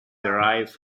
derived